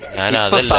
and